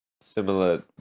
similar